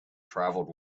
travelled